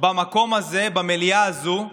במקום הזה, במליאה הזו,